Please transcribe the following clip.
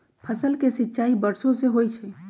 फसल के सिंचाई वर्षो से होई छई